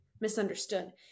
misunderstood